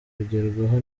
kugerwaho